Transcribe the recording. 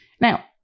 Now